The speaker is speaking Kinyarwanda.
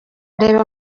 reba